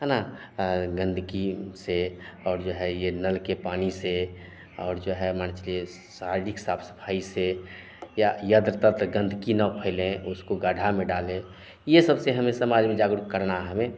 है ना गंदगी से और जो है यह नल के पानी से और जो है मान चलिए शारीरिक साफ़ सफ़ाई से या यत्र तत्र गंदगी ना फैले उसको गढ़े में डाले ये सबसे हमें समाज में जागरूक करना हमें